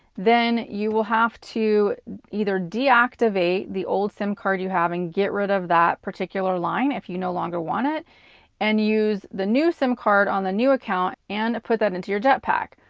then you will have to either deactivate the old sim card you have and get rid of that particular line if you no longer want it and use the new sim card on the new account and put that into your jetpack.